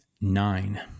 nine